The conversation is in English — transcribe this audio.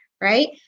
Right